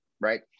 right